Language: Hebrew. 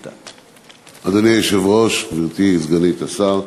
אדוני היושב-ראש, גברתי סגנית השר,